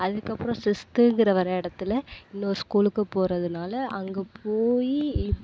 அதுக்கப்புறோம் சிக்ஸ்த்துங்குற வர இடத்துல இன்னொரு ஸ்கூலுக்கு போகறதுனால அங்கே போய்